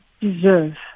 deserve